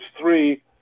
three